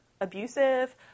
abusive